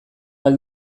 ahal